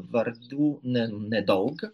vardų ne nedaug